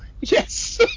Yes